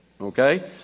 Okay